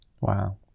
Wow